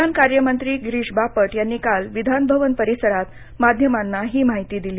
विधानकार्य मंत्री गिरीश बापट यांनी काल विधानभवन परिसरात माध्यमांना ही माहिती दिली